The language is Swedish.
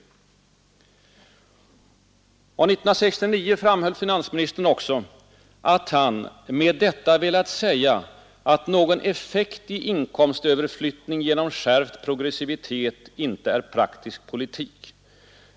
Och 1969 framhöll finansministern också att han ”med detta velat säga att någon effekt i inkomstöverflyttning genom skärpt progressivitet inte är praktisk politik”.